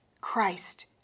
Christ